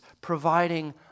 providing